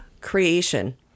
creation